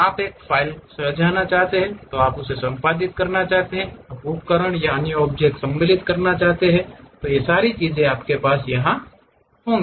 आप एक फ़ाइल सहेजना चाहते हैं आप इसे संपादित करना चाहते हैं आप उपकरण अन्य ऑब्जेक्ट सम्मिलित करना चाहते हैं आपके पास यह होगा